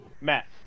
Matt